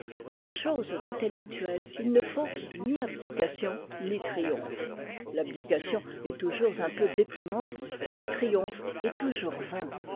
choses intellectuelles il ne faut ni abdication ni triomphe l'abdication est toujours un peu déprimante et le triomphe est toujours vain